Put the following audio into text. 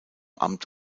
amt